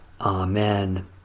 Amen